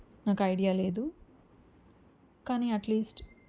నాకైడియా లేదు కానీ అట్లీస్ట్